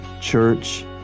church